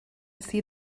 see